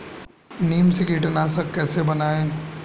नीम से कीटनाशक कैसे बनाएं?